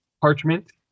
parchment